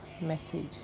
message